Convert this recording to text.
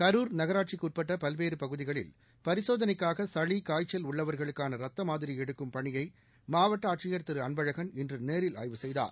கரூர் நகராட்சிக்கு உட்பட்ட பல்வேறு பகுதிகளில் பரிசோதனைக்காக சளி காய்ச்சல் உள்ளவர்களுக்கான ரத்த மாதிரி எடுக்கும் பணியை மாவட்ட ஆட்சியர் திரு அன்பழகன் இன்று நேரில் ஆய்வு செய்தார்